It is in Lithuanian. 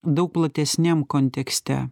daug platesniam kontekste